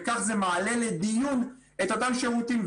וכך זה מעלה לדיון את אותם שירותים.